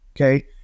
Okay